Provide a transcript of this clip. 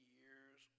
years